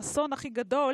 האסון הכי גדול